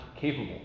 capable